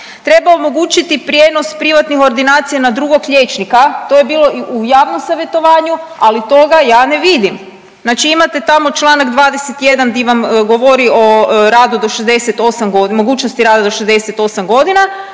treba omogućiti prijenos privatnih ordinacija na drugog liječnika, to je bilo i u javnom savjetovanju, ali toga ja ne vidim, znači imate tamo čl. 21. di vam govori o radu do 68.g.,